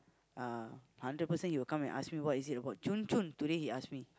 uh hundred percent he will come and ask me what is it about zhun zhun today he ask me